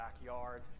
backyard